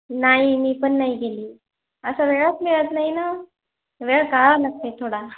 नाही मी पण नाही गेली असा वेळंच मिळत नाही ना वेळ काढावा लागते थोडा